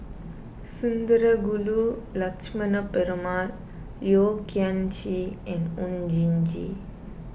Sundarajulu Lakshmana Perumal Yeo Kian Chye and Oon Jin Gee